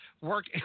Work